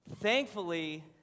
thankfully